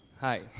Hi